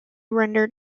rendered